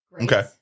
Okay